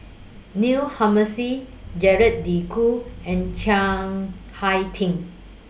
Neil Humphreys Gerald De Cruz and Chiang Hai Ding